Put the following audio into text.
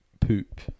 poop